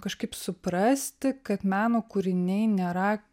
kažkaip suprasti kad meno kūriniai nėra